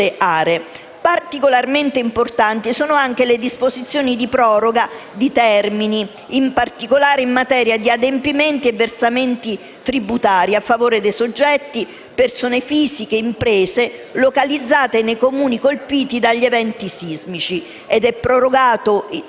Particolarmente importanti sono anche le disposizioni di proroga di termini in materia di adempimenti e versamenti tributari a favore dei soggetti, persone fisiche e imprese, localizzati nei Comuni colpiti dagli eventi sismici, ed è prorogato dal 16